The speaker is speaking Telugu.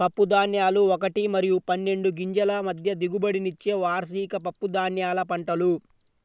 పప్పుధాన్యాలు ఒకటి మరియు పన్నెండు గింజల మధ్య దిగుబడినిచ్చే వార్షిక పప్పుధాన్యాల పంటలు